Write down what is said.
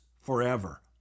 forever